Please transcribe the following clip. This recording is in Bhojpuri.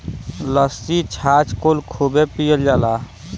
लस्सी छाछ कुल खूबे पियल जाला